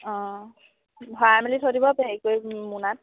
অঁ ভৰাই মেলি থৈ দিব হেৰি কৰি মোনাত